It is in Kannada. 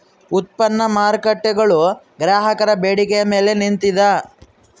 ಉತ್ಪನ್ನ ಮಾರ್ಕೇಟ್ಗುಳು ಗ್ರಾಹಕರ ಬೇಡಿಕೆಯ ಮೇಲೆ ನಿಂತಿದ